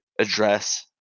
address